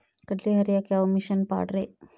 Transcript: ಕಡ್ಲಿ ಹರಿಯಾಕ ಯಾವ ಮಿಷನ್ ಪಾಡ್ರೇ?